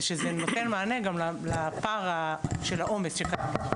ושזה נותן מענה גם לפער של העומס שקיים.